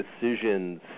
decisions